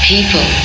people